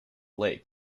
lake